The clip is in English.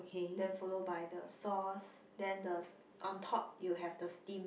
then follow by the sauce then the on top you have the steam